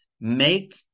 make